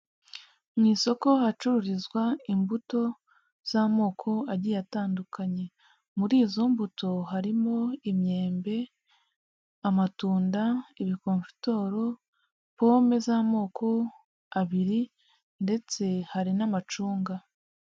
Mu isoko ahacururizwa imbuto z'amoko agiye atandukanye, muri izo mbuto harimo imyembe, amatunda, ibikomfotoro, pome z'amoko abiri ndetse hari n'amacunga.